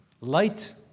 Light